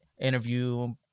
interview